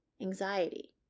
anxiety